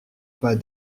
pas